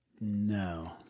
No